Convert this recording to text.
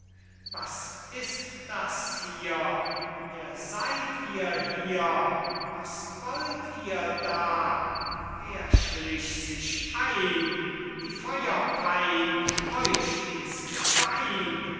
was ist das hier wer seyd ihr hier was wollt ihr da wer schlich sich ein die feuerpein euch in's gebein